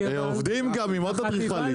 עובדים גם עם עוד אדריכלים.